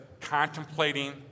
contemplating